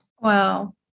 Wow